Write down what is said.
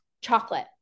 chocolate